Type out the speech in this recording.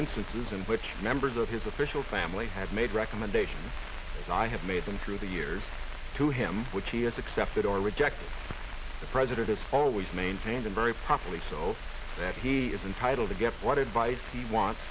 in which members of his official family had made recommendations as i have made them through the years to him which he has accepted or rejected the president it's always maintained and very properly so that he is entitled to get what advice he wants